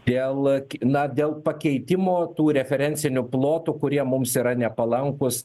dėl na dėl pakeitimų tų referencinių plotų kurie mums yra nepalankūs